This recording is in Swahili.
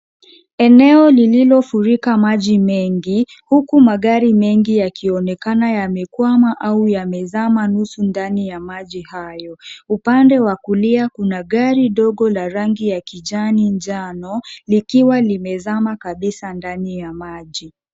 Eneo lililofurika maji mengi huku magari mengi yakionekana yamekwama au yamezama nusu ndani ya maji hayo, upande wa kulia kuna gari dogo la rangi ya kijani njano likiwa limezama kabisa ndani ya maji.